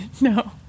No